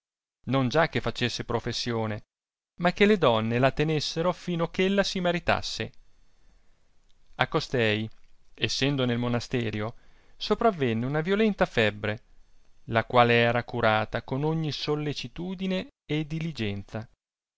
non già che facesse professione ma che le donne la tenessero fino ch'ella si maritasse a costei essendo nel monasterio sopravenne una violente febbre la qual era curata con ogni sollecitudine e diligenza